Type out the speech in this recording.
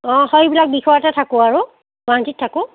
অ' সেইবিলাক বিষয়তে থাকো আৰু গুৱাহাটীত থাকো